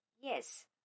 Yes